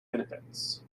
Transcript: benefits